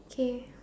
okay